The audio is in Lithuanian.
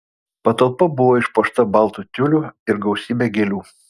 patalpa buvo išpuošta baltu tiuliu ir gausybe gėlių